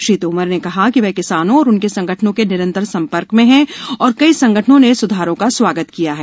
श्री तोमर ने कहा कि वह किसानों और उनके संगठनों के निरंतर संपर्क में हैं और कई संगठनों ने स्धारों का स्वागत किया है